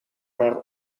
maar